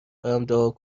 دعا